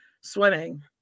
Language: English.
swimming